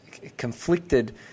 conflicted